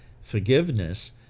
forgiveness